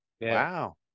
Wow